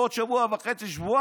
בעוד שבוע וחצי-שבועיים,